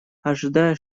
ожидая